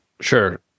Sure